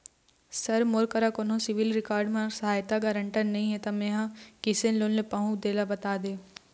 sir मोर करा कोन्हो सिविल रिकॉर्ड करना सहायता गारंटर नई हे ता मे किसे लोन ले पाहुं तेला बता दे